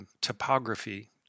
topography